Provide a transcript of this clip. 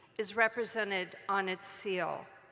is represented on its seal,